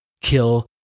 Kill